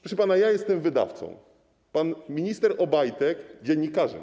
Proszę pana, jestem wydawcą, pan minister Obajtek dziennikarzem.